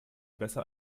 besser